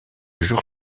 jour